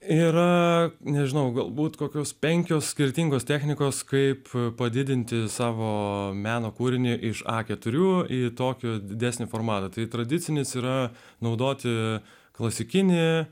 yra nežinau galbūt kokios penkios skirtingos technikos kaip padidinti savo meno kūrinį iš a keturių į tokio didesnio formato tai tradicinis yra naudoti klasikinę